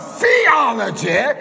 theology